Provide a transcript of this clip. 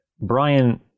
Brian